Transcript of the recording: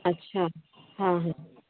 अच्छा हाँ हाँ